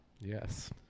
Yes